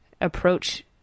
approach